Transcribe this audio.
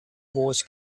wars